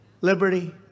liberty